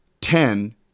ten